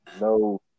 no